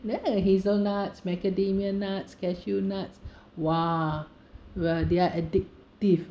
there uh hazelnuts macadamia nuts cashew nuts !wah! well they are addictive